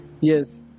Yes